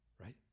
right